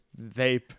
vape